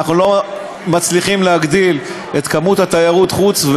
ואנחנו לא מצליחים להגדיל את תיירות החוץ,